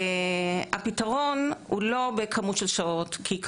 ואני חושב שעם המלצות, עם ועדות שקמו